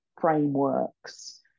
frameworks